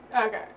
Okay